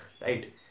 right